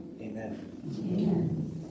amen